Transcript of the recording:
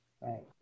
Right